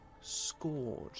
scored